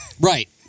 Right